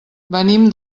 venim